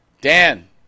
Dan